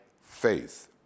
faith